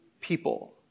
people